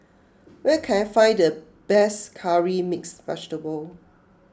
where can I find the best Curry Mixed Vegetable